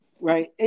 Right